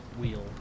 wheel